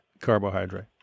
carbohydrate